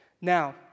Now